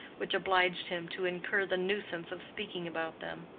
which obliged him to incur the nuisance of speaking about them.